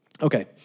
Okay